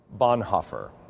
Bonhoeffer